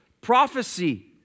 prophecy